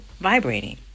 vibrating